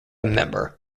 member